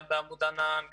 גם בעמוד ענן,